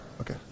Okay